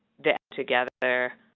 that together